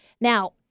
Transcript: Now